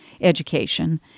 education